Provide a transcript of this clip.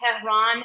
Tehran